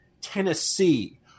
Tennessee